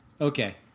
Okay